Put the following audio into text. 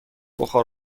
بخار